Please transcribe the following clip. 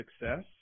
success